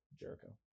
Jericho